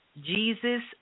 Jesus